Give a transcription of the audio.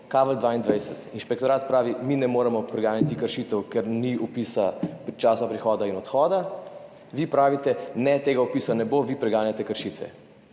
22, inšpektorat pravi, mi ne moremo preganjati kršitev, ker ni vpisa časa prihoda in odhoda. Vi pravite, ne, tega vpisa ne bo, vi preganjate kršitve.